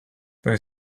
they